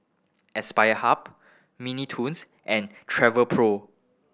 Aspire Hub Mini Toons and Travelpro